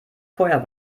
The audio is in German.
feuer